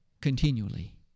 continually